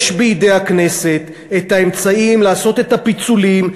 יש בידי הכנסת האמצעים לעשות את הפיצולים,